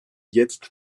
jetzt